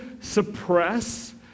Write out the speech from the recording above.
suppress